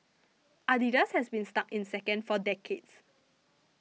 Adidas has been stuck in second for decades